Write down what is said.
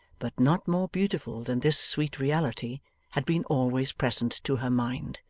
but not more beautiful than this sweet reality had been always present to her mind.